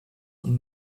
und